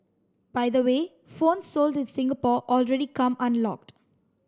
by the way phones sold in Singapore already come unlocked